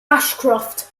ashcroft